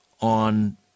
on